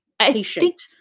patient